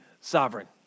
sovereign